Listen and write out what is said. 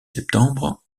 septembre